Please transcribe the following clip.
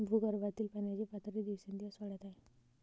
भूगर्भातील पाण्याची पातळी दिवसेंदिवस वाढत आहे